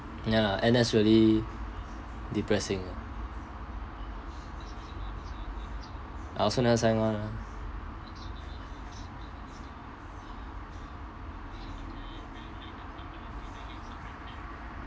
ya N_S really depressing ah I also never sign [one] ah